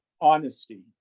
honesty